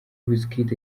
wizkid